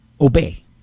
obey